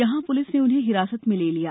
यहां पुलिस ने उन्हें हिरासत में ले लिया